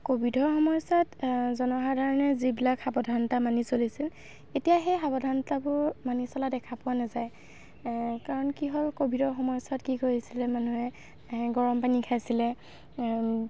ক'ভিডৰ সময়ছোৱাত জনসাধাৰণে যিবিলাক সাৱধানতা মানি চলিছিল এতিয়া সেই সাৱধানতাবোৰ মানি চলা দেখা পোৱা নাযায় কাৰণ কি হ'ল ক'ভিডৰ সময়ছোৱাত কি কৰিছিলে মানুহে গৰম পানী খাইছিলে